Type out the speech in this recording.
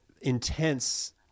intense